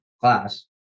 class